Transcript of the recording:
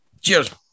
cheers